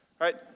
right